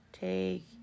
take